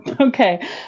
Okay